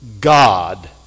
God